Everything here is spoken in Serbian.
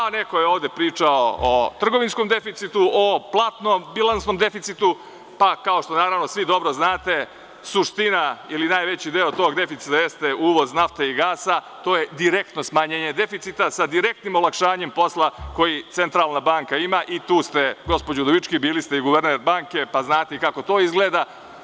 Neko je ovde pričao o trgovinskom deficitu, o platnom, bilansnom deficitu, pa kao što, naravno, svi dobro znate, suština ili najveći deo tog deficita jeste uvoz nafte i gasa, to je direktno smanjenje deficita, sa direktnim olakšanjem posla koji centralna banka ima i tu ste, gospođo Udovički, bili ste i guverner banke, pa znate i kako to izgleda.